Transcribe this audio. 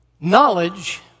Knowledge